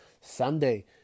Sunday